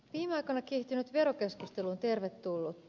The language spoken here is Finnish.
viime aikoina kiihtynyt verokeskustelu on tervetullutta